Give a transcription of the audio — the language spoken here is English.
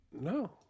No